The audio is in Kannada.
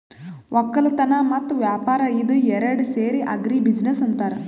ವಕ್ಕಲತನ್ ಮತ್ತ್ ವ್ಯಾಪಾರ್ ಇದ ಏರಡ್ ಸೇರಿ ಆಗ್ರಿ ಬಿಜಿನೆಸ್ ಅಂತಾರ್